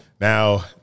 Now